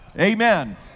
Amen